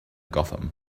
gotham